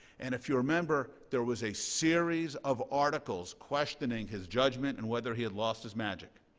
and if you remember, there was a series of articles questioning his judgment and whether he had lost his magic.